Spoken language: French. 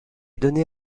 donnés